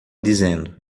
dizendo